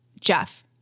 Jeff